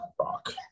rock